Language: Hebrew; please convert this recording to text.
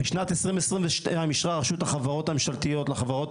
בשנת 2022 אישרה רשות החברות הממשלתיות לחברות